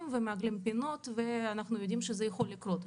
ומעגלים פינות ואנחנו יודעים שזה יכול לקרות.